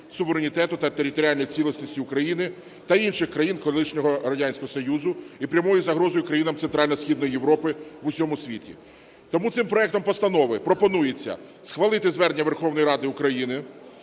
суверенітету та територіальній цілісності України та інших країн колишнього Радянського Союзу і прямою загрозою країнам Центрально-Східної Європи, в усьому світі. Тому цим проектом постанови пропонується схвалити звернення Верховної Ради України,